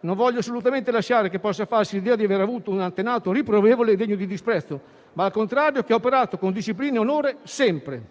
Non voglio assolutamente lasciare che possa farsi l'idea di avere avuto un antenato riprovevole e degno di disprezzo, ma che al contrario ha operato con disciplina e onore sempre.